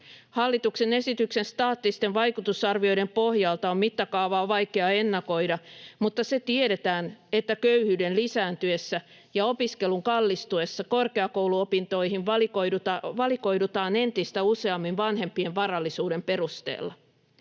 Hallituksen esityksen staattisten vaikutusarvioiden pohjalta on mittakaavaa vaikea ennakoida, mutta se tiedetään, että köyhyyden lisääntyessä ja opiskelun kallistuessa korkeakouluopintoihin valikoidutaan entistä useammin vanhempien varallisuuden perusteella.